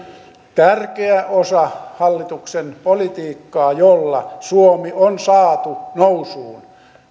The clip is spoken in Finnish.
tärkeä osa hallituksen politiikkaa jolla suomi on saatu nousuun